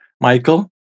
Michael